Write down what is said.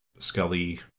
Scully